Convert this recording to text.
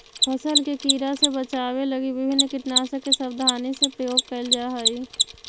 फसल के कीड़ा से बचावे लगी विभिन्न कीटनाशक के सावधानी से प्रयोग कैल जा हइ